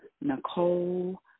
Nicole